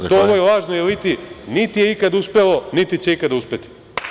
To onoj lažnoj eliti nit je ikad uspelo niti će ikad uspeti.